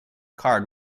card